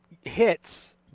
Hits